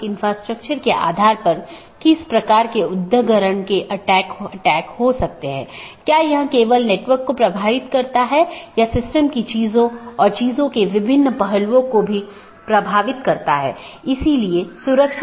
interior gateway protocol में router को एक ऑटॉनमस सिस्टम के भीतर जानकारी का आदान प्रदान करने की अनुमति होती है